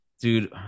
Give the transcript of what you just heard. Dude